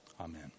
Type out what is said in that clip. amen